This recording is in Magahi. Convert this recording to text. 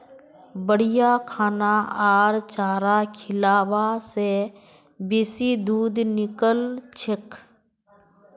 बढ़िया खाना आर चारा खिलाबा से बेसी दूध निकलछेक